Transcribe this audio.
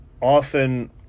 often